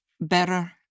better